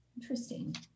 Interesting